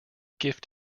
gift